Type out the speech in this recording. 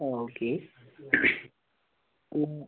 okay